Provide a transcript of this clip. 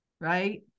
right